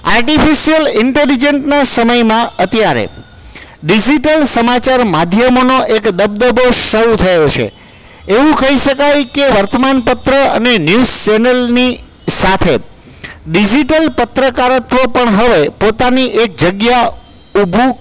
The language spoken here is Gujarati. આર્ટિફિશિલ ઇન્ટેલિજન્સના સમયમાં અત્યારે ડિજિટલ સમાચાર માધ્યમનો એક દબદબો શરૂ થયો છે એવું કહી શકાય કે વર્તમાનપત્રો અને ન્યુઝ ચેનલની સાથે ડિજિટલ પત્રકારત્વ હવે પોતાની એક જગ્યા ઊભું